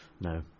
no